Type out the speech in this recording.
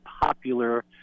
popular